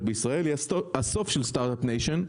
בישראל היא הסוף של Start-Up Nation,